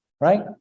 right